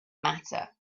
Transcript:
matter